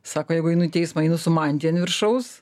sako jeigu einu į teismą einu su mantija ant viršaus